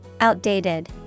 Outdated